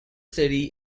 city